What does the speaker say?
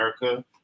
America